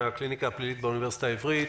הקליניקה הפלילית באוניברסיטה העברית.